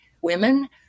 women